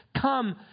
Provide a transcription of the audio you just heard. Come